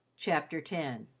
chapter ten